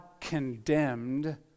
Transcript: condemned